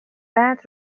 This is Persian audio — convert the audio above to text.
بعد